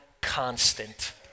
constant